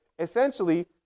Essentially